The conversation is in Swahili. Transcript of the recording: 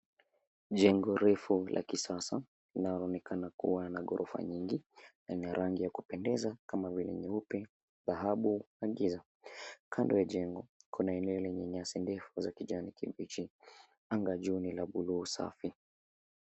Jengo refu la kisasa linaloonekana kuwa na ghorofa nyingi, na ina rangi ya kupendeza kama vile nyeupe, dhahabu na giza. Kando ya jengo kuna eneo lenye nyasi ndefu za kijani kibichi. Anga juu ni la buluu safi.